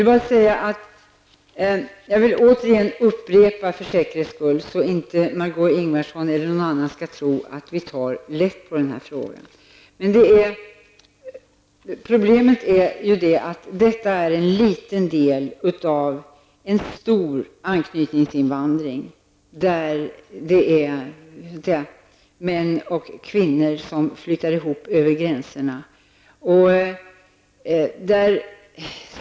Herr talman! För att inte Margó Ingvardsson eller någon annan skall tro att vi tar lätt på den här frågan vill jag upprepa att problemet är att detta är en liten del av en stor anknytningsinvandring, där män och kvinnor flyttar ihop över gränserna.